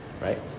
right